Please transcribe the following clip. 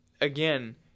again